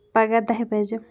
پَگاہ دَہہِ بجہِ